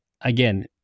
again